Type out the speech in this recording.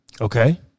Okay